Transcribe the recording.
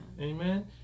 Amen